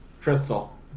Crystal